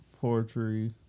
poetry